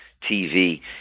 tv